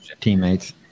teammates